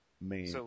main